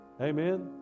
Amen